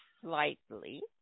slightly